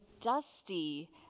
dusty